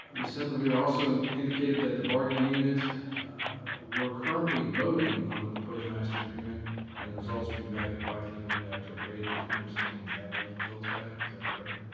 ms. centlivre also indicated that the bargaining unit were currently voting on the proposed master agreement and the results would be back at five p m. monday, october eighth. it's my understanding we have those results back is that correct?